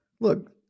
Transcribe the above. Look